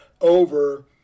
over